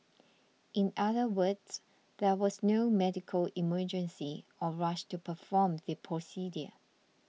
in other words there was no medical emergency or rush to perform the procedure